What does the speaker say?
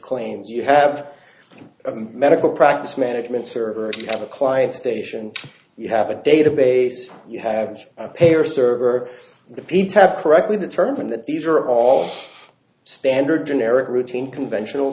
claims you have a medical practice management server if you have a client station you have a database you have a payer server the p type correctly determined that these are all standard generic routine conventional